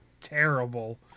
terrible